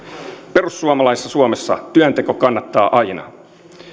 perussuomalaisessa suomessa työnteko kannattaa aina